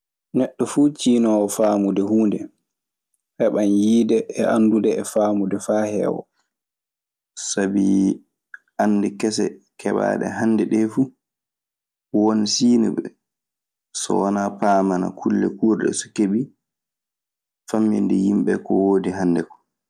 Neɗɗo fuu ciinoowo faamude huunde heɓan yiide e anndude e faamude faa heewa. Sabi annde kese keɓaaɗe hannde ɗee fu. Won siiniɓe so wanaa paamana kulle kuurɗe so keɓii famminde yimɓe ko woodi hannde koo.